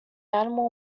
animal